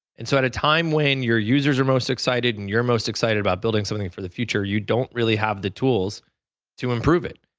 and so at a time when your users are most excited, and you're most excited about building something for the future, you don't really have the tools to improve it.